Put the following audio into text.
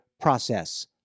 process